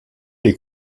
les